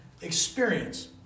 experience